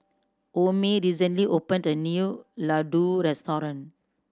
Omie recently opened a new Ladoo Restaurant